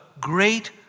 great